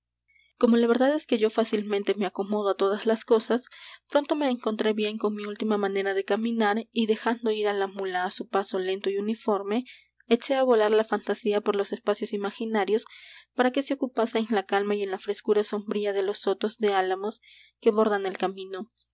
como la verdad es que yo fácilmente me acomodo á todas las cosas pronto me encontré bien con mi última manera de caminar y dejando ir á la mula á su paso lento y uniforme eché á volar la fantasía por los espacios imaginarios para que se ocupase en la calma y en la frescura sombría de los sotos de álamos que bordan el camino